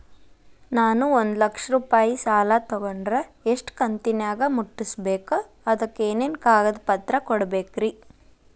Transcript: ನಾನು ಒಂದು ಲಕ್ಷ ರೂಪಾಯಿ ಸಾಲಾ ತೊಗಂಡರ ಎಷ್ಟ ಕಂತಿನ್ಯಾಗ ಮುಟ್ಟಸ್ಬೇಕ್, ಅದಕ್ ಏನೇನ್ ಕಾಗದ ಪತ್ರ ಕೊಡಬೇಕ್ರಿ?